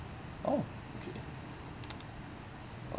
oh okay